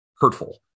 hurtful